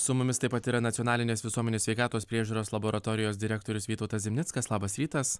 su mumis taip pat yra nacionalinės visuomenės sveikatos priežiūros laboratorijos direktorius vytautas zimnickas labas rytas